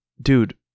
Dude